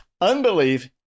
unbelief